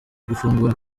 gufungura